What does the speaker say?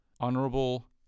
Honorable